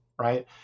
Right